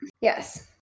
Yes